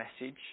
message